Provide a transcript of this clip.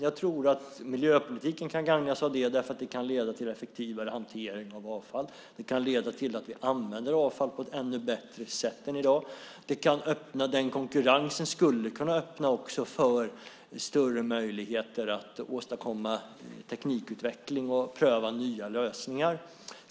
Jag tror att miljöpolitiken kan gagnas av det därför att det kan leda till effektivare hantering av avfall. Det kan leda till att vi använder avfall på ett ännu bättre sätt än i dag. Det kan öppna för konkurrens, och skulle kunna öppna också för större möjligheter att åstadkomma teknikutveckling och pröva nya lösningar.